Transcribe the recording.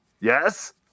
Yes